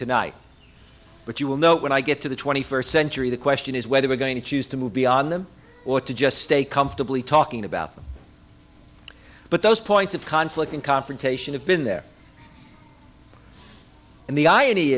tonight but you will know when i get to the twenty first century the question is whether we're going to choose to move beyond them or to just stay comfortably talking about them but those points of conflict and confrontation have been there and the irony